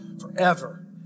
forever